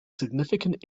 significant